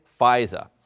FISA